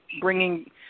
bringing